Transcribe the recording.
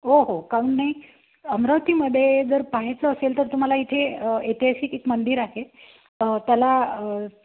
हो हो काउन नाही अमरावतीमध्ये जर पाहायचं असेल तर तुम्हाला इथे ऐतिहासिक एक मंदिर आहे त्याला